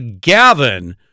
Gavin